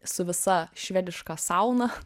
su visa švediška sauna